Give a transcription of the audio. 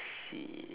see